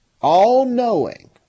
all-knowing